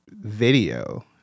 video